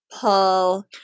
pull